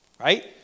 right